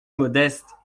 modestes